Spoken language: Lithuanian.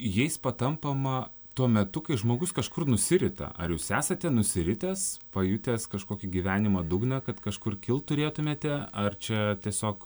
jais patampama tuo metu kai žmogus kažkur nusirita ar jūs esate nusiritęs pajutęs kažkokį gyvenimo dugną kad kažkur kilt turėtumėte ar čia tiesiog